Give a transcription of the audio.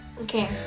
Okay